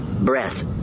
breath